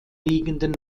liegenden